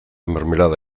mermelada